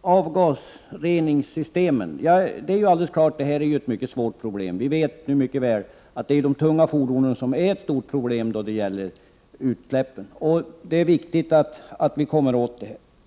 avgasreningssystemen är helt klart ett mycket svårt problem. Vi vet mycket väl att de tunga fordonens utsläpp är ett stort bekymmer, och det är viktigt att komma åt det problemet.